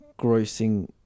grossing